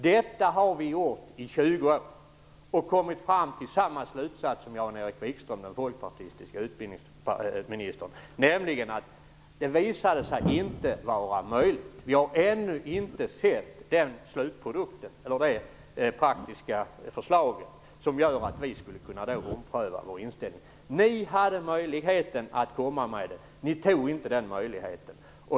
Detta har vi gjort i 20 år och kommmit fram till samma slutsatser som Jan-Erik Wikström, den folkpartistiska utbildningsministern. Det visade sig inte vara möjligt. Vi har ännu inte sett det praktiska förslag som skulle göra att vi kunde ompröva vår inställning. Ni hade möjligheten att komma med det. Ni tog inte den möjligheten.